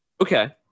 Okay